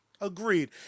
Agreed